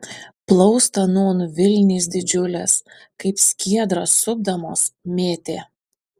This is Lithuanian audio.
plaustą nūn vilnys didžiulės kaip skiedrą supdamos mėtė